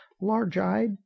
large-eyed